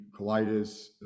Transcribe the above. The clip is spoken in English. colitis